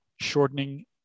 shortening